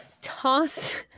toss